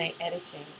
editing